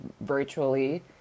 virtually